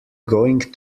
going